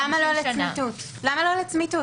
אז למה לא לצמיתות?